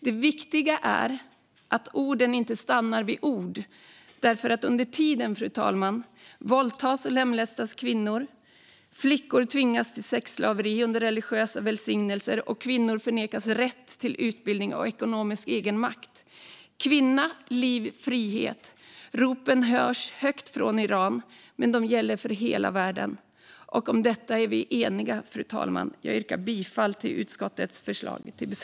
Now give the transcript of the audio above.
Det viktiga är att orden inte stannar vid ord, därför att under tiden, fru talman, våldtas och lemlästas kvinnor, flickor tvingas till sexslaveri under religiösa välsignelser och kvinnor förnekas rätt till utbildning och ekonomisk egenmakt. Kvinna, liv, frihet - ropen hörs högt från Iran, men de gäller för hela världen. Om detta är vi eniga, fru talman. Jag yrkar bifall till utskottets förslag till beslut.